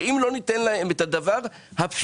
שאם לא ניתן להם את הדבר הבסיסי,